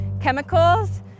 chemicals